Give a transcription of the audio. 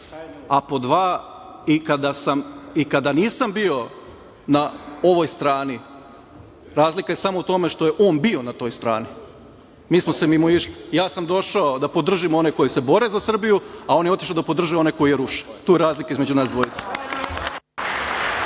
dva, i kada nisam bio na ovoj strani, razlika je samo u tome što je on bio na toj strani i mi smo se mimoišli. Ja sam došao da podržim one koji se bore za Srbiju, a on je otišao da podrži oni koje je ruše. Tu je razlika između nas dvojice.